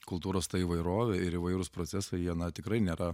kultūros įvairovė ir įvairūs procesai jie na tikrai nėra